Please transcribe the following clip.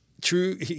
true